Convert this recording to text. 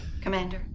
Commander